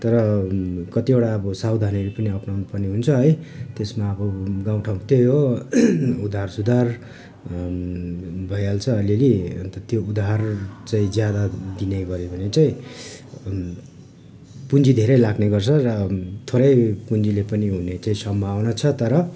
तर कतिवटा अब सवधानीहरू पनि अप्नाउनु पर्ने हुन्छ है त्यसमा अब गाउँ ठाउँमा त्यही हो उधार सुधार भइहाल्छ अलिअलि अन्त त्यो उधार चाहिँ ज्यादा दिने गऱ्यो भने चाहिँ पुँजी धेरै लाग्ने गर्छ र थोरै पुँजीले पनि चाहिँ हुने सम्भावना छ तर